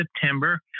September